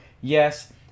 yes